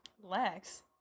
Lex